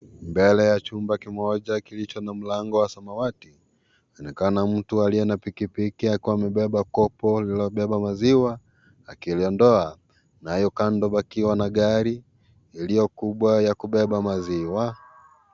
Mbele ya chumba kimoja kilicho na mlango wa samawati inaonekana mtu aliye na pikipiki akiwa amebeba kopo la kubeba maziwa akiliandaa. Nayo kanda likiwa na gari iliyo kubwa ya kubeba maziwa.